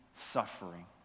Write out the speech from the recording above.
suffering